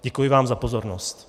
Děkuji vám za pozornost.